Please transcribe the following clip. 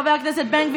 חבר הכנסת בן גביר,